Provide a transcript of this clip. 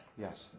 Yes